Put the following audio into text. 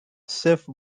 safe